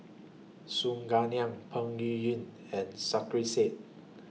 Su Guaning Peng Yuyun and Sarkasi Said